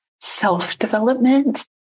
self-development